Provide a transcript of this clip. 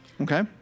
Okay